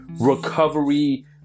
recovery